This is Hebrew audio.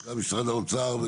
גם משרד האוצר.